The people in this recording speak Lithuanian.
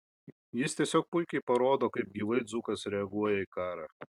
jis tiesiog puikiai parodo kaip gyvai dzūkas reaguoja į karą